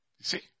See